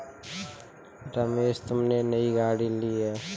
रमेश तुमने नई गाड़ी ली हैं